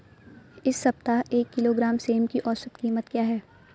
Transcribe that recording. इस सप्ताह एक किलोग्राम सेम की औसत कीमत क्या है?